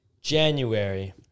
January